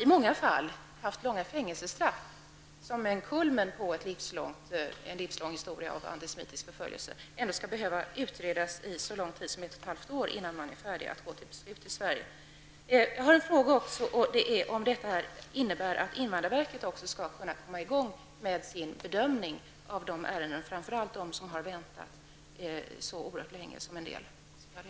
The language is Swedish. i många fall har fått långa fängelsestraff som kulmen på en livslång historia av antisemitisk förföljelse, skall behöva utredas under så lång tid som ett och ett halvt år innan man är färdig att fatta beslut i Jag vill ställa en fråga. Innebär detta att invandrarverket också skall komma i gång med sin bedömning av framför allt de ärenden som mycket länge har väntat på att behandlas?